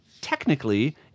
technically